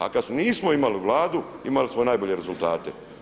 A kad nismo imali Vladu imali smo najbolje rezultate.